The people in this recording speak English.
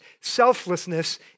Selflessness